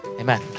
Amen